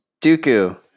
Dooku